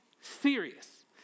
serious